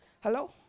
hello